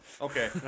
Okay